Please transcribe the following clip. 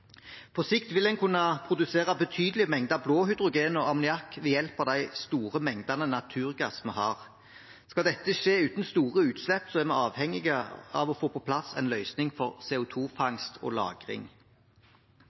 På sikt vil en kunne produsere betydelige mengder av blå hydrogen og ammoniakk ved hjelp av de store mengdene naturgass vi har. Skal dette skje uten store utslipp, er vi avhengig av å få på plass en løsning for